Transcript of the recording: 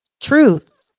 Truth